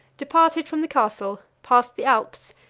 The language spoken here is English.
departed from the castle, passed the alps,